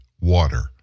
water